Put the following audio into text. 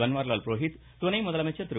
பன்வாரிலால் புரோஹித் துணை முதலமைச்சர் திரு